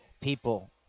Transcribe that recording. people